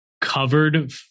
covered